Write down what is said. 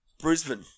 Brisbane